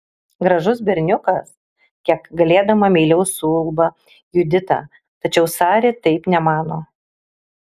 gražus berniukas kiek galėdama meiliau suulba judita tačiau sari taip nemano